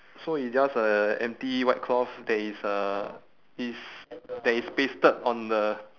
so it's just a empty white cloth that is uh is that is pasted on the